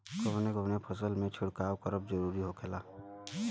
कवने कवने फसल में छिड़काव करब जरूरी होखेला?